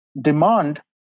demand